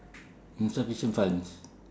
insufficient funds